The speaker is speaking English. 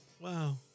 Wow